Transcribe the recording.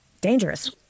Dangerous